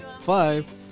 Five